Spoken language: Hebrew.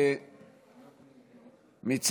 תודה רבה.